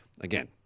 Again